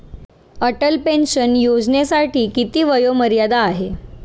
Atal pension योजनेसाठी किती वयोमर्यादा आहे?